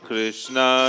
Krishna